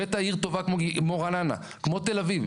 הבט העיר טובה כמו רעננה, כמו תל אביב.